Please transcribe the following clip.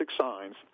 signs